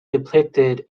depicted